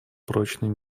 прочный